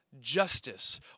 justice